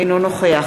אינו נוכח